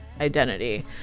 identity